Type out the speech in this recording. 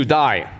die